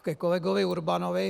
Ke kolegovi Urbanovi.